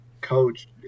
coach